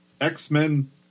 X-Men